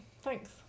thanks